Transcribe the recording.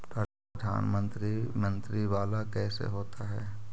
प्रधानमंत्री मंत्री वाला कैसे होता?